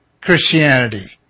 Christianity